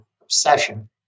obsession